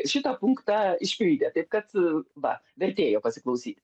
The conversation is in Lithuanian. šitą punktą išpildė taip kad va vertėjo pasiklausyti